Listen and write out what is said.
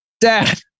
dad